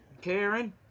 Karen